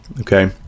Okay